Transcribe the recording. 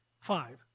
Five